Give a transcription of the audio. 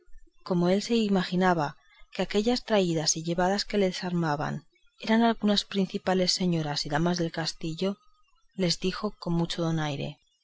como él se imaginaba que aquellas traídas y llevadas que le desarmaban eran algunas principales señoras y damas de aquel castillo les dijo con mucho donaire